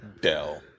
Dell